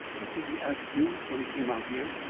what did he ask you when he came out here?